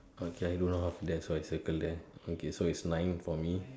okay I do not offer that so I circle there okay so it's nine for me